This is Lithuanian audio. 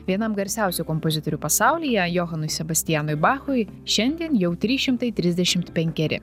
vienam garsiausių kompozitorių pasaulyje johanui sebastianui bachui šiandien jau trys šimtai trisdešimt penkeri